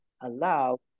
allow